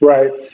Right